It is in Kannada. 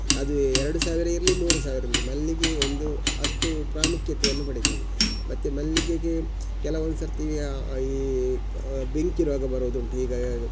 ಅದು ಎರಡು ಸಾವಿರ ಇರಲಿ ಮೂರು ಸಾವಿರ ಇರಲಿ ಮಲ್ಲಿಗೆ ಒಂದು ಅಷ್ಟು ಪ್ರಾಮುಖ್ಯತೆಯನ್ನು ಪಡೆದಿದೆ ಮತ್ತೆ ಮಲ್ಲಿಗೆಗೆ ಕೆಲವೊಂದು ಸರತಿ ಈ ಬೆಂಕಿ ರೋಗ ಬರೋದುಂಟು ಈಗ